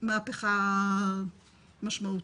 מהפיכה משמעותית,